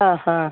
ആ ഹാ